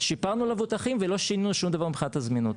שיפרנו למבוטחים ולא שינינו שום דבר מבחינת הזמינות.